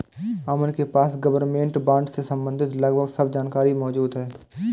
अमन के पास government bond से सम्बंधित लगभग सब जानकारी मौजूद है